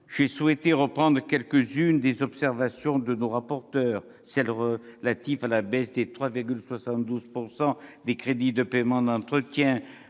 j'ai souhaité reprendre quelques-unes des observations des rapporteurs. Il s'agit, d'abord, de la baisse de 3,72 % des crédits de paiement d'entretien